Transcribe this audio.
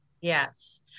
yes